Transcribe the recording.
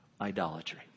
idolatry